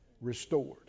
restored